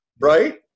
right